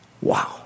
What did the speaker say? wow